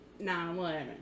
9-11